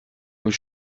und